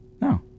No